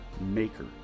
maker